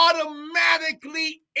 automatically